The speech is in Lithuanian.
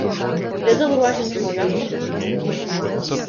lidl ruošiasi naujos parduotuvės statyboms